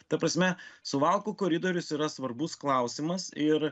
ta prasme suvalkų koridorius yra svarbus klausimas ir